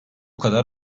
kadar